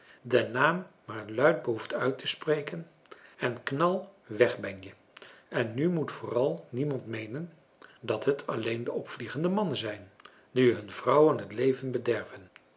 den naam maar luid behoeft uit te spreken en knal weg ben je en nu moet vooral niemand meenen dat het alleen de opvliegende mannen zijn die hun vrouwen het leven bederven